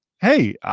Hey